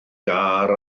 iâr